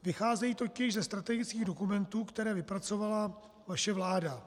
Vycházejí totiž ze strategických dokumentů, které vypracovala vaše vláda.